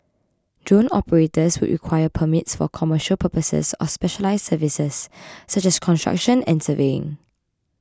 drone operators would require permits for commercial purposes or specialised services such as construction and surveying